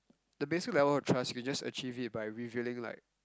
the basic of level of trust you can just achieve it by revealing like